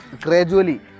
gradually